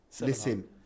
listen